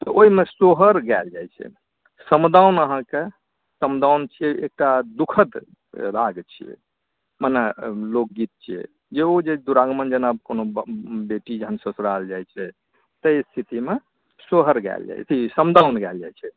तऽ ओहिमे सोहर गायल जाइत छै समदाउन अहाँकेँ समदाउन छी एकटा दुःखद राग छियै मने लोकगीत छियै जे ओ जे द्विरागमन जेना कोनो बेटी जहन ससुराल जाइत छै ताहि स्थितिमे सोहर गायल जाइत छै समदाउन गायल जाइत छै